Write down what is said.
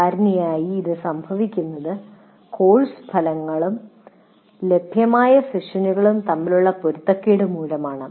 സാധാരണയായി ഇത് സംഭവിക്കുന്നത് കോഴ്സ് ഫലങ്ങളും ലഭ്യമായ സെഷനുകളും തമ്മിലുള്ള പൊരുത്തക്കേട് മൂലമാണ്